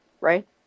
right